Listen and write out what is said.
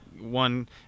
one